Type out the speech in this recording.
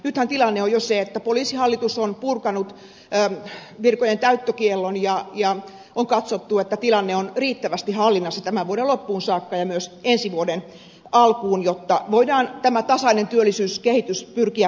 nythän tilanne on jo se että poliisihallitus on purkanut virkojen täyttökiellon ja on katsottu että tilanne on riittävästi hallinnassa tämän vuoden loppuun saakka ja myös ensi vuoden alkuun jotta voidaan tämä tasainen työllisyyskehitys pyrkiä pitämään